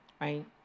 right